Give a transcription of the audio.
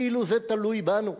כאילו זה תלוי בנו.